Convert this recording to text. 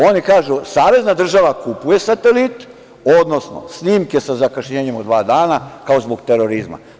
Oni kažu savezna država kupuje satelit, odnosno snimke sa zakašnjenjem od dva dana kao zbog terorizma.